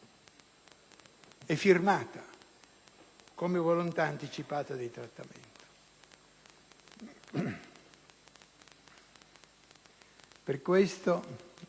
e firmata come volontà anticipata di trattamento. Per questo